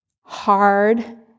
hard